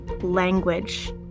language